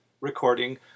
recording